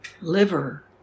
liver